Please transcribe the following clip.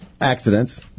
accidents